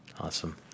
Awesome